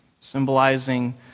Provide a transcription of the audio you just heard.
symbolizing